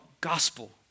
gospel